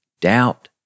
Doubt